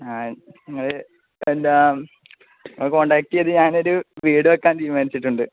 എന്താണ് നിങ്ങള് കോൺടാക്ട് ചെയ്ത് ഞാനൊരു വീട് വെയ്ക്കാൻ തീരുമാനിച്ചിട്ടുണ്ട്